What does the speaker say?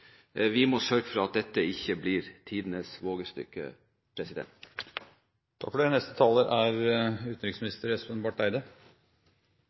Vi må sørge for at dette ikke blir tidenes vågestykke.